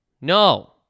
No